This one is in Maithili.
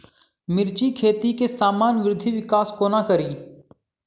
मिर्चा खेती केँ सामान्य वृद्धि विकास कोना करि?